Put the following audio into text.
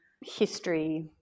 history